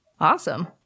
Awesome